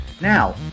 Now